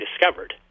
discovered